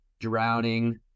drowning